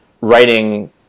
writing